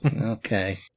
Okay